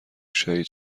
شهید